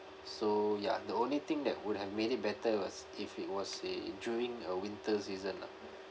so ya the only thing that would have made it better was if it was a during the winter season lah